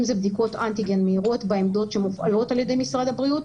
אם זה בדיקות אנטיגן מהירות בעמדות שמופעלות על ידי משרד הבריאות,